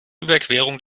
überquerung